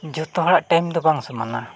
ᱡᱚᱛᱚ ᱦᱚᱲᱟᱜ ᱴᱟᱭᱤᱢ ᱫᱚ ᱵᱟᱝ ᱥᱚᱢᱟᱱᱟ